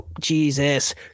Jesus